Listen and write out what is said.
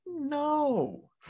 No